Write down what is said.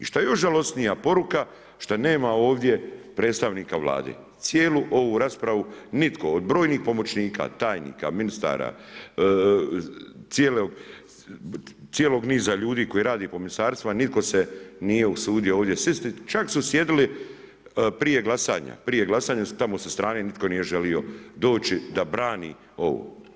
I šta je još žalosnija poruka šta nema ovdje predstavnika Vlade, cijelu ovu raspravu nitko od brojnih pomoćnika, tajnika, ministara, cijelog niza ljudi koji rade po ministarstvima, nitko se nije usudio ovdje, čak su sjedili prije glasanja, tamo sa strane, nitko nije želio doći da brani ovo.